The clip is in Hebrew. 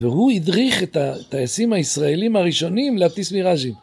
והוא הדריך את הטייסים הישראלים הראשונים להטיס מיראז'ים.